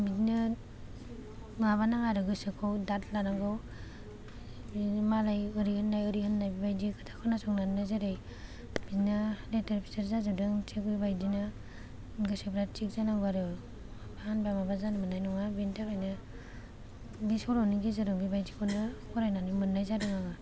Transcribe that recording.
बिदिनो माबा नाङा आरो गोसोखौ दाद लानांगौ मालाय ओरै होन्नाय ओरै होन्नाय बेबादि खोथा खोना संनानैनो जेरै बिदिनो लेथेर फेथेर जाजोबदों थिक बेबादिनो गोसोफ्रा थिक जानांगौ आरो माबा होनबा माबा जानो मोन्नाय नङा बेनि थाखायनो बे सल'नि गेजेरजों बेबादिखौनो फरायनानै मोन्नाय जादों आङो